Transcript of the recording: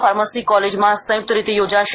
pharmacy કોલેજમાં સંયુક્ત રીતે યોજાશે